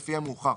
לפי המאוחר,